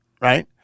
right